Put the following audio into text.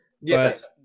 Yes